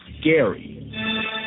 scary